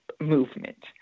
movement